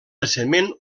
recentment